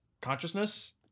consciousness